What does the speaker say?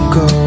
go